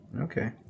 Okay